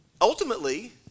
ultimately